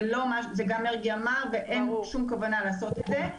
וגם היושב-ראש מרגי אמר ואין שום כוונה לעשות את זה.